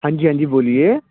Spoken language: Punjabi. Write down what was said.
ਹਾਂਜੀ ਹਾਂਜੀ ਬੋਲੀਏ